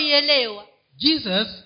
Jesus